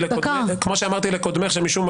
עד שחזרת אתה תהיה בקריאה שלישית.